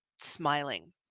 smiling